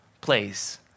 place